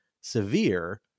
severe